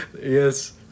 Yes